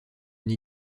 une